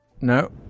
No